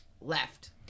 left